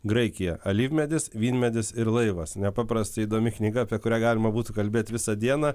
graikija alyvmedis vynmedis ir laivas nepaprastai įdomi knyga apie kurią galima būtų kalbėt visą dieną